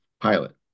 pilot